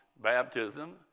baptism